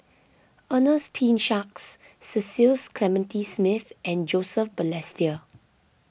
Ernest P Shanks Cecil Clementi Smith and Joseph Balestier